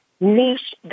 Niche